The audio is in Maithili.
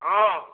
हाँ